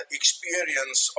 experience